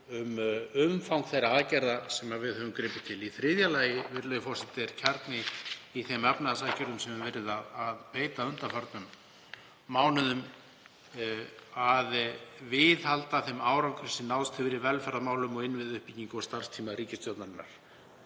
um umfang þeirra aðgerða sem við höfum gripið til. Í þriðja lagi, virðulegi forseti, er kjarni í þeim efnahagsaðgerðum sem við höfum verið að beita undanfarna mánuði að viðhalda þeim árangri sem náðst hefur í velferðarmálum og innviðauppbyggingu á starfstíma ríkisstjórnarinnar.